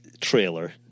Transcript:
trailer